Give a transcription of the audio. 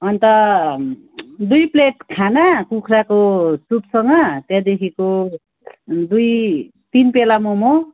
अन्त दुई प्लेट खाना कुखुराको सुपसँग त्यहाँदेखिको दुई तिन पेला मोमो